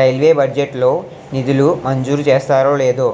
railway budget లో నిధులు మంజూరు చేస్తారో లేదో